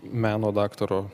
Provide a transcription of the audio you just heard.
meno daktaro